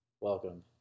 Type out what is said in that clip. welcome